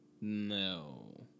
No